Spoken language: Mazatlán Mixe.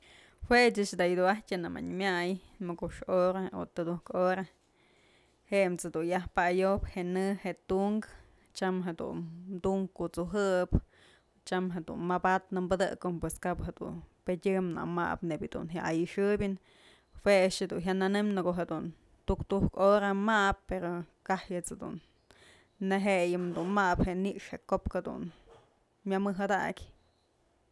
Juëch da'a yëdun ajtyë nëmën myay mokoxkë hora o tëdujkë hora je'e mët's dun yaj pa'ëyobë je'e në je'e tunkë tyam jedun tunk kut'sujëbë tyam jedun mabadnë pëdëkombë pues kap jedun pedyë na mabë nebyë jya aixëbyëp jue a'ax jedun jya nënëm në ko'o jedun tuk tuk hora mabë pero kajyë ëjt's jedun nejeyëb dun mabë je'e nix je'e ko'op jedun mya mëjëdakyë.